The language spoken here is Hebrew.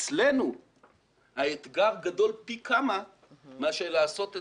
אצלנו האתגר גדול פי כמה מאשר לעשות את